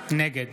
נגד